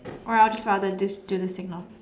or I'll just rather just do the signal